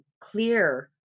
clear